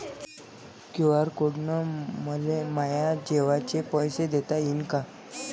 QR code न मले माये जेवाचे पैसे देता येईन का?